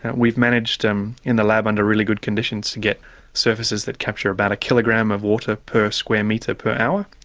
and we've managed in the lab under really good conditions to get surfaces that capture about a kilogram of water per square metre per hour,